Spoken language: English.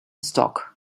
stock